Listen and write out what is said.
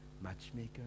Matchmaker